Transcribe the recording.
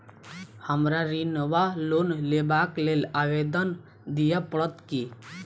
हमरा ऋण वा लोन लेबाक लेल आवेदन दिय पड़त की?